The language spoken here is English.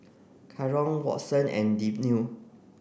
Caron Watson and Deanne